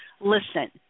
listen